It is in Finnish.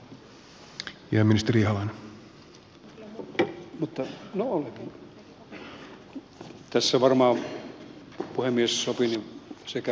tässä varmaan puhemies sopii että sekä ministeri risikko että minä vastaamme